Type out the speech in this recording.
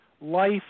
life